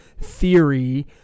theory